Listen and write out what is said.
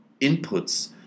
inputs